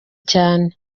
cyane